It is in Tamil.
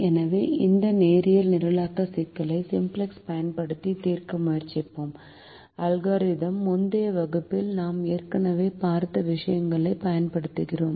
எனவே இந்த நேரியல் நிரலாக்க சிக்கலை சிம்ப்ளக்ஸ் பயன்படுத்தி தீர்க்க முயற்சிப்போம் அல்காரிதம் முந்தைய வகுப்புகளில் நாம் ஏற்கனவே பார்த்த விஷயங்களைப் பயன்படுத்துகிறோம்